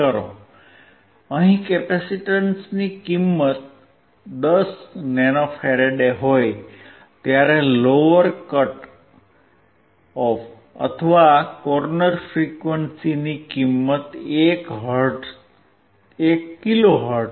ઉકેલ અહી કેપેસીટન્સની કિંમત 10nF હોય ત્યારે લોઅર કટ ઓફ અથવા કોર્નર ફ્રીક્વંસીની કિંમત 1kHz છે